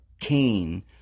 Cain